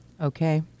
okay